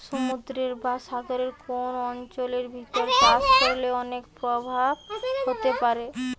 সমুদ্রের বা সাগরের কোন অঞ্চলের ভিতর চাষ করলে অনেক প্রভাব হতে পারে